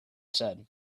said